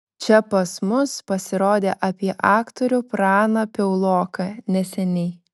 čia pas mus pasirodė apie aktorių praną piauloką neseniai